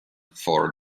for